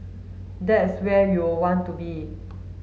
that's where you'll want to be